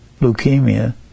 leukemia